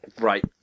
right